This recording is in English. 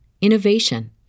innovation